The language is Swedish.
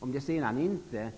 Om sådana satsningar sedan inte